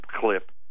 clip